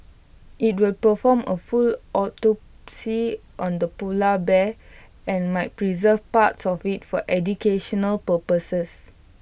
IT will perform A full autopsy on the polar bear and might preserve parts of IT for educational purposes